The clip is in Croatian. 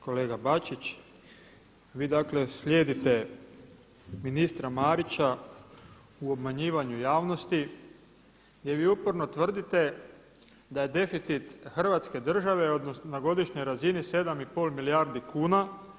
Kolega Bačić, vi dakle slijedite ministra Marića u obmanjivanju javnosti gdje vi uporno tvrdite da je deficit Hrvatske države na godišnjoj razini 7 i pol milijardi kuna.